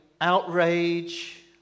outrage